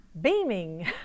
beaming